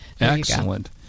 excellent